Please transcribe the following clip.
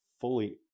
fully